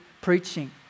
preaching